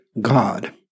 God